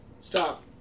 stop